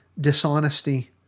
Dishonesty